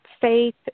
faith